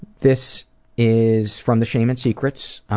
this is from the shame and secrets,